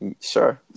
Sure